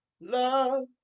love